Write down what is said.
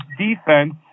defense